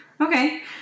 Okay